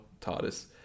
tardis